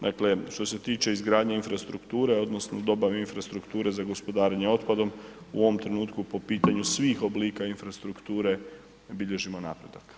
Dakle, što se tiče izgradnje infrastrukture odnosno dobave infrastrukture za gospodarenje otpadom u ovom trenutku po pitanju svih oblika infrastrukture bilježimo napredak.